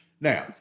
Now